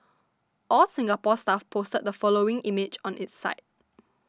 All Singapore Stuff posted the following image on its site